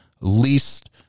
Least